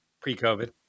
Pre-COVID